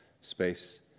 space